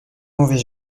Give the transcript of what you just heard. mauvais